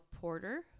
porter